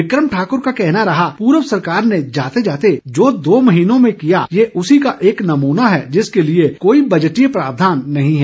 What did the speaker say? विक्रम ठाक्र का कहना रहा कि पूर्व सरकार ने जाते जाते जो दो महीनों में किया ये उसी का एक नमूना है जिसके लिए कोई बजटीय प्रावधान नही है